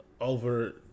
over